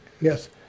Yes